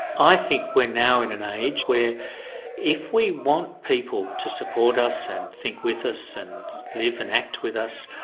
i think we're now in an age where if we want people to support us and think with us and live and act with us,